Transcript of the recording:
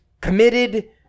committed